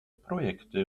projekte